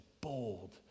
bold